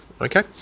Okay